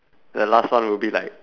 the last one would be like